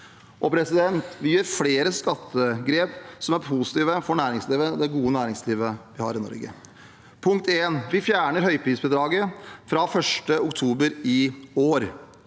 i arbeid. Vi gjør også flere skattegrep som er positive for det gode næringslivet vi har i Norge: Punkt én: Vi fjerner høyprisbidraget fra 1. oktober i år.